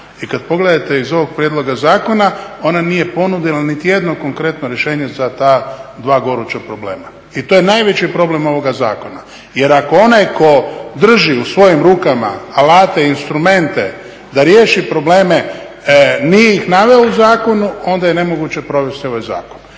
I kad pogledate iz ovog prijedloga zakona ona nije ponudila niti jedno konkretno rješenje za ta dva goruća problema. I to je najveći problem ovoga zakona. Jer ako onaj tko drži u svojim rukama alate i instrumente da riješi probleme nije ih naveo u zakonu, onda je nemoguće provesti ovaj zakon.